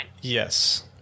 Yes